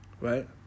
right